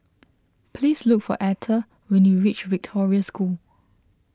please look for Etha when you reach Victoria School